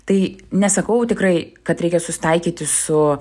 tai nesakau tikrai kad reikia susitaikyti su